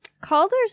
Calder's